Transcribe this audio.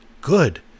Good